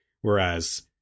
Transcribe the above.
Whereas